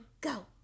go